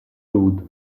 blood